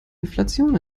inflation